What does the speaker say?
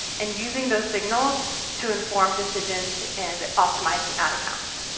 and using those signals to inform decisions and optimising ad accounts.